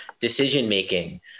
decision-making